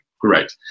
great